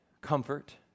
comfort